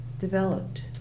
developed